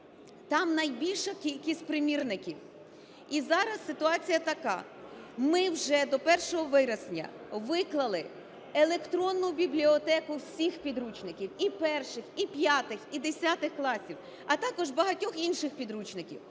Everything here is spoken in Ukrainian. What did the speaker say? там найбільша кількість примірників. І зараз ситуація така, ми вже до 1 вересня виклали електронну бібліотеку всіх підручників: і 1-х, і 5-х, і 10-х класів, а також багатьох інших підручників,